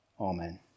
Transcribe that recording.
amen